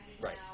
right